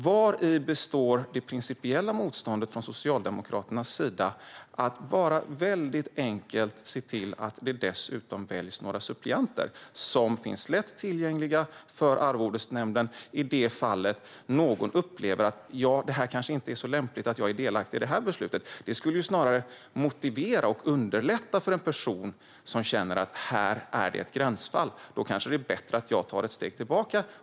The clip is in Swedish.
Vari består det principiella motståndet från Socialdemokraterna mot att helt enkelt se till att det väljs några suppleanter som finns enkelt tillgängliga för arvodesnämnden utifall att någon upplever att det inte är lämpligt att de är delaktiga i ett beslut? Detta skulle snarare motivera och underlätta för en person som känner att det är ett gränsfall och att det kanske är bättre att ta ett steg tillbaka.